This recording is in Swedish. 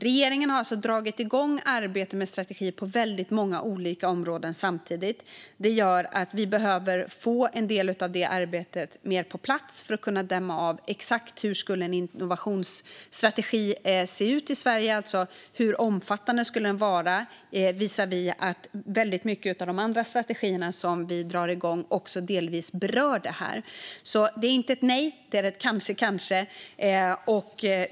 Regeringen har alltså dragit igång arbetet med strategier på väldigt många olika områden samtidigt. Vi behöver få en del av det arbetet på plats innan vi kan avgränsa exakt hur en innovationsstrategi i Sverige skulle kunna se ut och hur omfattande den skulle kunna vara. Många av de andra strategier som vi drar igång berör ju också detta. Detta är alltså inte ett nej. Det är ett kanske kanske.